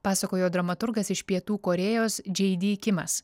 pasakojo dramaturgas iš pietų korėjos džei dy kimas